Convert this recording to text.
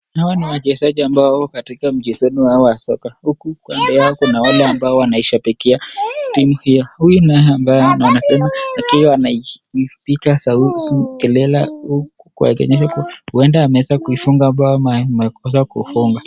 Hawa ni wachezaji wako kwenye mchezo woa wa soka. Huku kando yao Kuna wenye wanashabikia timu yao Huku kunao huyo anapiga kelele, Huwenda amefungua bao ama amekisa kumfunga.